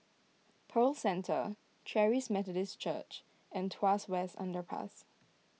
Pearl Centre Charis Methodist Church and Tuas West Underpass